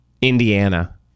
Indiana